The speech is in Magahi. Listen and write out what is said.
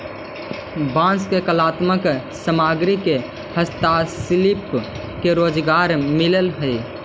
बांस के कलात्मक सामग्रि से हस्तशिल्पि के रोजगार मिलऽ हई